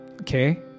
okay